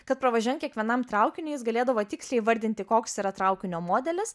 kad pravažiuojant kiekvienam traukiniui jis galėdavo tiksliai įvardinti koks yra traukinio modelis